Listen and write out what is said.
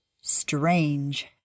strange